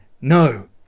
No